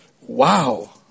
Wow